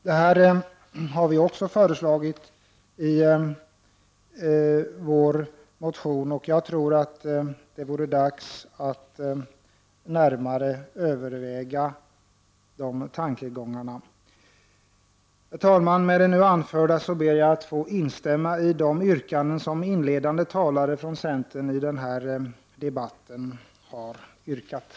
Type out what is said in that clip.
Detta har vi också föreslagit i vår motion, och jag tror att det är dags att närmare överväga de tankegångarna. Herr talman! Med det anförda ber jag att få instämma i de yrkanden som inledande talare från centern har avgett i debatten.